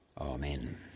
Amen